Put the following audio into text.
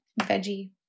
veggie